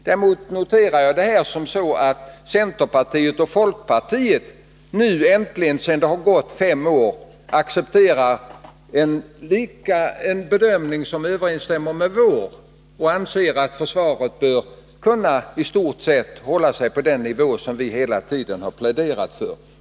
Däremot noterar jag att centerpartiet och folkpartiet nu äntligen — sedan det gått fem år — accepterar en bedömning som överensstämmer med vår och anser att försvaret i stort sett bör kunna hålla sig på den nivå som vi hela tiden har pläderat för.